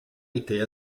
étaient